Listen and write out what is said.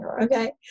okay